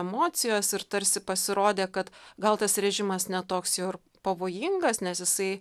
emocijos ir tarsi pasirodė kad gal tas režimas ne toks jau ir pavojingas nes jisai